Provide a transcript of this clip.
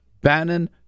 Bannon